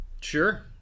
sure